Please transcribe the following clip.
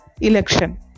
election